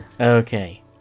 okay